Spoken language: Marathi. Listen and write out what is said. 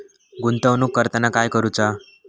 गुंतवणूक करताना काय करुचा?